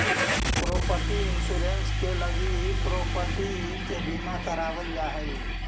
property insurance के लगी property के बीमा करावल जा हई